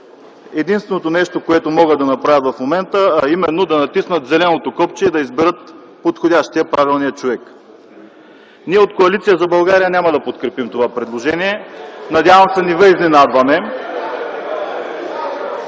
единственото нещо, което могат да направят в момента – да натиснат зеленото копче и да изберат подходящия, правилния човек. Ние от Коалиция за България няма да подкрепим това предложение (шум и възгласи